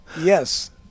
yes